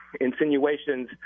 insinuations